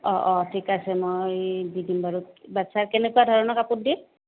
অঁ অঁ ঠিক আছে মই দি দিম বাৰু বাচ্ছা কেনেকুৱা ধৰণৰ কাপোৰ দিম